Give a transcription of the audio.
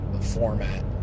format